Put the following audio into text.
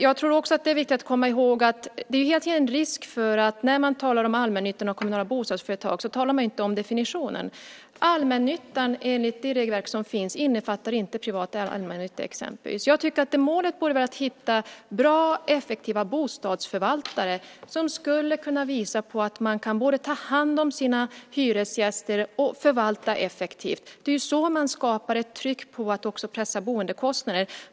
Jag tror också att det är viktigt att komma ihåg att det hela tiden finns en risk för att man inte talar om definitionen när man talar om allmännyttan och kommunala bostadsföretag. Enligt det regelverk som finns innefattar inte allmännyttan privat allmännytta exempelvis. Jag tycker att målet borde vara att hitta bra och effektiva bostadsförvaltare som skulle kunna visa att man kan både ta hand om sina hyresgäster och förvalta effektivt. Det är så man skapar ett tryck på att också pressa boendekostnaderna.